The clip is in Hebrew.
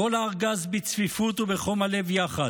כל הארגז בצפיפות ובחום הלב יחד: